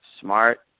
Smart